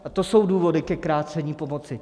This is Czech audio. A to jsou důvody ke krácení pomoci.